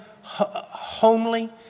homely